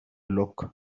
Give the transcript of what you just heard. look